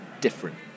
different